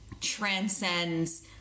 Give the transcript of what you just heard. Transcends